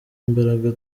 imbaraga